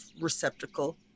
receptacle